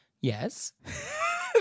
Yes